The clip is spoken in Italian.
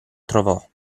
trovò